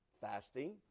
fasting